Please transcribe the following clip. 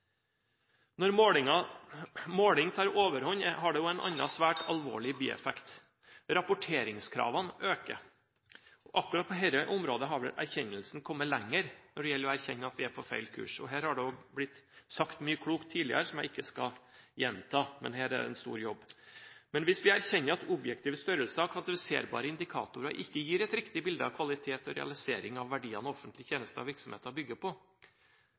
Når målingen tar overhånd, har det også en annen og svært alvorlig bieffekt. Rapporteringskravene øker. Nettopp på dette området har vi vel kommet lenger i å erkjenne at vi er på feil kurs. Det er blitt sagt mye klokt tidligere, som jeg ikke skal gjenta, men her ligger det en stor jobb. Hvis vi erkjenner at objektive størrelser og kvantifiserbare indikatorer ikke gir et riktig bilde av kvalitet og realisering av de verdiene offentlige tjenester og virksomheter bygger på,